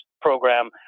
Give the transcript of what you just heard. program